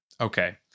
okay